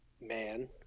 man